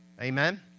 Amen